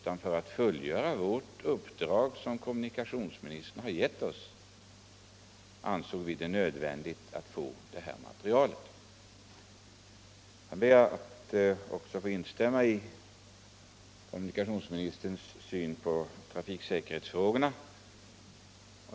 Men för att kunna fullfölja det uppdrag som kommunikationsministern har gett trafikpolitiska utredningen var det som sagt nödvändigt att få detta material. Jag ber även att få instämma i kommunikationsministerns syn på trafiksäkerhetsfrågorna.